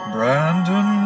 Brandon